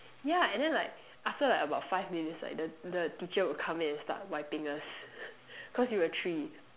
yeah and then like after like about five minutes right the the teacher would come in and start wiping us cause we were three